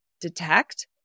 detect